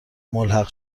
ملحق